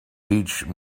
teach